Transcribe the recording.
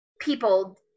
people